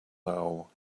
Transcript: now